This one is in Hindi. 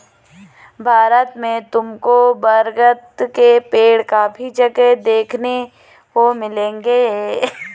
भारत में तुमको बरगद के पेड़ काफी जगह देखने को मिलेंगे